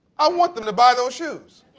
i want them to buy those shoes.